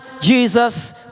Jesus